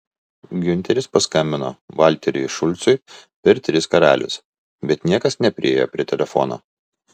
giunteris paskambino valteriui šulcui per tris karalius bet niekas nepriėjo prie telefono